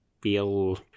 feel